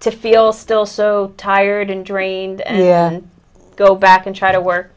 to feel still so tired and drained and go back and try to work